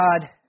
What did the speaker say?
God